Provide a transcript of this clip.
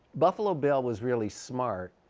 buffalo bill was really smart.